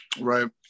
right